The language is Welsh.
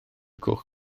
cwch